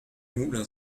moulin